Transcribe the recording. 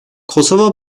kosova